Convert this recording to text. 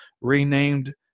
renamed